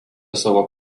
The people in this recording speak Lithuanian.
savo